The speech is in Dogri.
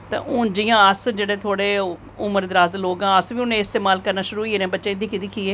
ते हून जियां अस थोह्ड़े जेह् उम्रदराज लोग आं अस बी हून इस्तेमाल करना शुरू होई गे दिक्खी दिक्खियै